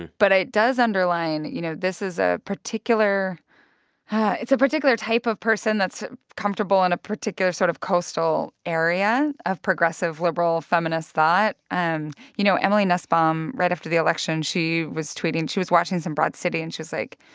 but it does underline, you know, this is a particular it's a particular type of person that's comfortable in a particular sort of coastal area of progressive liberal feminist thought um you know, emily nussbaum, right after the election, she was tweeting she was watching some broad city and she like,